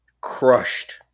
crushed